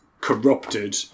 corrupted